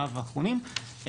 בימיו האחרונים,